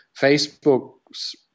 facebook's